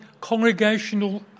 congregational